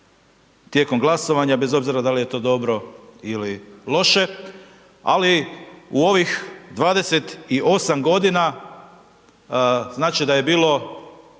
tijekom glasovanja, bez obzira je li to dobro ili loše, ali u ovih 28 godina, znači da je bilo